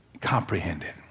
comprehended